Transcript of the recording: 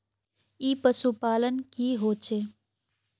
ई पशुपालन की होचे?